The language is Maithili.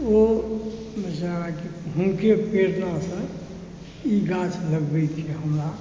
ओ बेचारा हुनके प्रेरणासॅं ई गाछ लगबैक हमरा